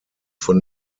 von